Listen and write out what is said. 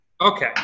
Okay